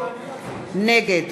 נגד